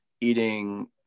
eating